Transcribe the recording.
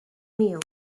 miegħu